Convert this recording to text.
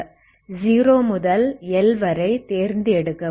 0 முதல் L வரை தேர்ந்து எடுக்கவும்